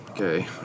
okay